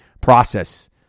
process